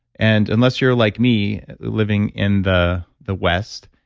and unless you're like me living in the the west,